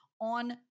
on